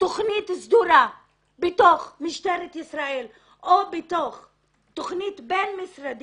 תוכנית סדורה בתוך משטרת ישראל או תוכנית בין-משרדי